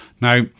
now